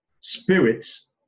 spirits